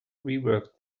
rework